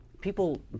people